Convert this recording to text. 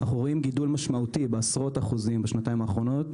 אנחנו רואים גידול משמעותי בעשרות אחוזים בשנתיים האחרונות,